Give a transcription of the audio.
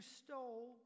stole